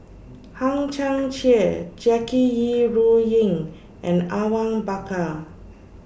Hang Chang Chieh Jackie Yi Ru Ying and Awang Bakar